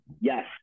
Yes